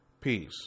Peace